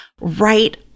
right